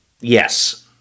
yes